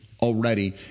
already